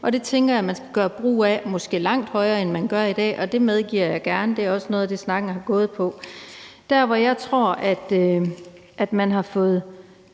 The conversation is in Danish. og det tænker jeg man skal gøre brug af, måske i langt højere grad, end man gør i dag. Det medgiver jeg gerne, og det er også noget af det, snakken er gået på. Jeg tror, at man har fået